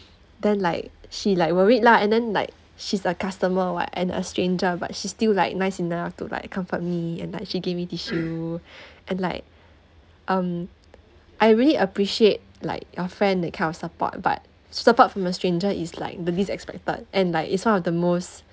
then like she like worried lah and then like she's a customer [what] and a stranger but she's still like nice enough to like comfort me and like she gave me tissue and like um I really appreciate like your friend that kind of support but support from a stranger is like the least expected and like it's one of the most